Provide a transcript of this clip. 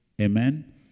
Amen